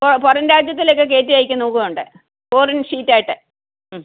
ഇപ്പോൾ പുറം രാജ്യത്തിലൊക്കെ കയറ്റി അയക്കുന്നൊക്കെയുണ്ട് ഫോറിൻ ഷീറ്റ് ആയിട്ട് മ്മ്